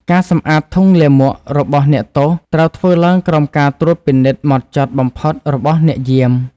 ការសម្អាតធុងលាមករបស់អ្នកទោស ត្រូវធ្វើឡើងក្រោមការត្រួតពិនិត្យហ្មត់ចត់បំផុតរបស់អ្នកយាម។